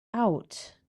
out